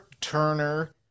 Turner